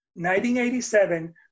1987